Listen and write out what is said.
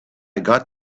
got